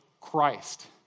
Christ